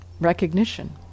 Recognition